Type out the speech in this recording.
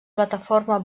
plataforma